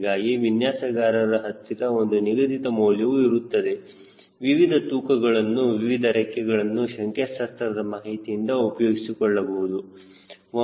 ಹೀಗಾಗಿ ವಿನ್ಯಾಸಗಾರರ ಹತ್ತಿರ ಒಂದು ನಿಗದಿತ ಮೌಲ್ಯವು ಇರುತ್ತದೆ ವಿವಿಧ ತೂಕಗಳಲ್ಲಿ ವಿವಿಧ ರೆಕ್ಕೆಗಳಿಗೆ ಸಂಖ್ಯಾಶಾಸ್ತ್ರದ ಮಾಹಿತಿಯನ್ನು ಉಪಯೋಗಿಸಿಕೊಳ್ಳಬಹುದು